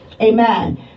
Amen